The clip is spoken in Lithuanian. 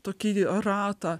tokį ratą